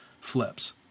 flips